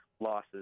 losses